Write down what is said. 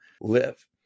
live